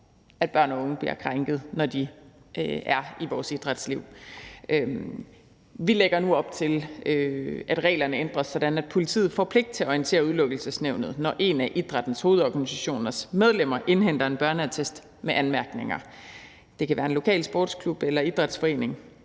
at børn eller unge bliver krænket, når de er i vores idrætsliv. Vi lægger nu op til, at reglerne ændres, sådan at politiet får pligt til at orientere Udelukkelsesnævnet, når en af idrættens hovedorganisationers medlemmer indhenter en børneattest med anmærkninger. Det kan være en lokal sportsklub eller idrætsforening.